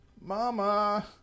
Mama